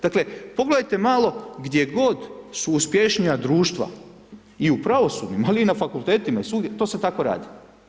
Dakle, pogledajte malo, gdje god su uspješnija društva, i u pravosudnim, ali i na fakultetima i svugdje, to se tako radi.